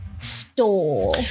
store